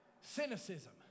cynicism